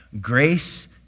Grace